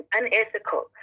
unethical